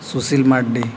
Sushil Mardi